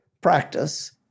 practice